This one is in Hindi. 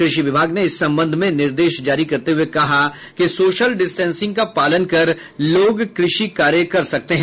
कृषि विभाग ने इस संबंध में निर्देश जारी करते हुए कहा कि सोशल डिस्टेंसिंग का पालन कर लोग कृषि कार्य कर सकते हैं